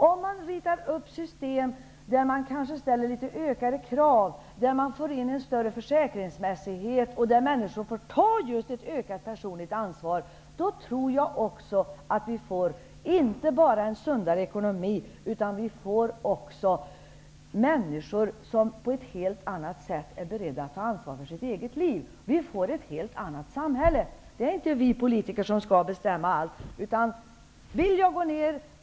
Om man ritar upp system där man kanske ställer ökade krav och där man för in större försäkringsmässighet och som innebär att människor får ta ett ökat personligt ansvar, då tror jag att vi också får inte bara en sundare ekonomi utan även människor som på ett helt annat sätt än tidigare är beredda att ta ansvar för sitt eget liv. Vi får ett helt annat samhälle. Det är inte vi politiker som skall bestämma allt.